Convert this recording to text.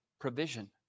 provision